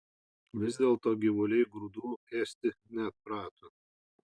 vis dėlto gyvuliai grūdų ėsti neatprato